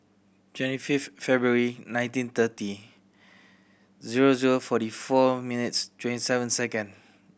twenty fifth February nineteen thirty zero zero forty four minutes twenty seven second